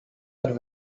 are